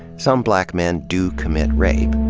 some black men do commit rape,